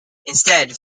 instead